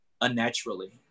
unnaturally